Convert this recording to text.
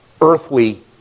earthly